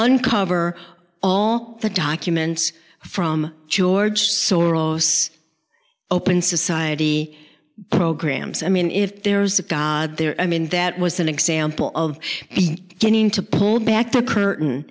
uncover all the documents from george soros open society programs i mean if there's a guy there i mean that was an example of getting to pull back the curtain